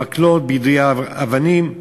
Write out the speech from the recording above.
במקלות, ביידוי אבנים.